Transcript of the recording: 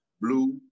Blue